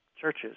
churches